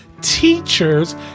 teachers